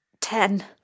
ten